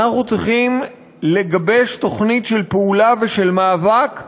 אנחנו צריכים לגבש תוכנית של פעולה ושל מאבק,